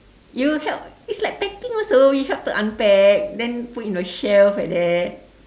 you help it's like packing also you help to unpack then put in a shelf like that